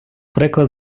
приклад